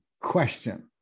question